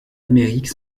amérique